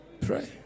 Pray